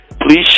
Please